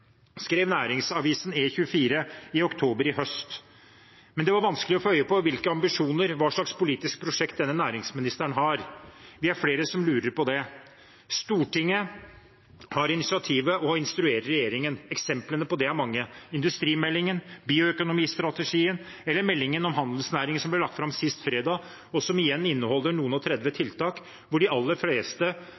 skrev næringsavisen E24 i oktober i høst. Men det var vanskelig å få øye på hvilke ambisjoner og hva slags politisk prosjekt denne næringsministeren har. Vi er flere som lurer på det. Stortinget tar initiativet og instruerer regjeringen. Eksemplene på det er mange: industrimeldingen, bioøkonomistrategien og meldingen om handelsnæringen, som ble lagt fram sist fredag, og som igjen inneholder noen og tredve tiltak, hvor de aller fleste